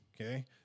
Okay